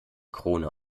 krone